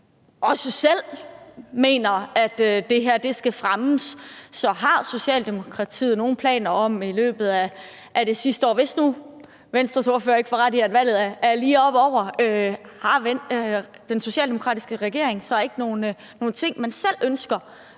også selv mener, at det her skal fremmes. Så har den socialdemokratiske regering i løbet af det her sidste år – hvis nu Venstres ordfører ikke får ret i, at valget er lige oppeover – ikke nogen planer om ting, man selv ønsker